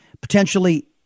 potentially